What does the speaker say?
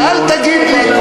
ואל תגיד לי,